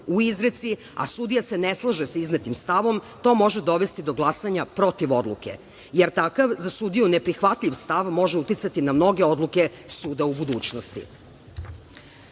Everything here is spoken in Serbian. u izreci, a sudija se ne slaže sa iznetim stavom, i to može dovesti do glasanja protiv odluke, jer takav za sudiju ne prihvatljiv stav može uticati na mnoge odluke suda u budućnosti. Sudija